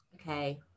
okay